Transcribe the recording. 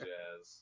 jazz